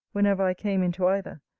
whenever i came into either,